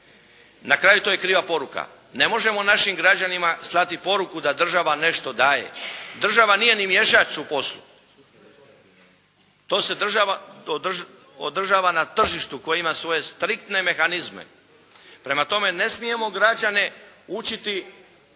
Na kraju to je kriva poruka. Ne možemo našim građanima slati poruku da država nešto daje. Država nije ni miješač u poslu. To se država, održava na tržištu koje ima svoje striktne mehanizme. Prema tome ne smijemo građane učiti u